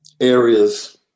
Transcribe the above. areas